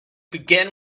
begin